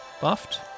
Buffed